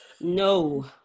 No